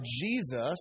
Jesus